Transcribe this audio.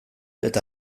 eta